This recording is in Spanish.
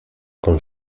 con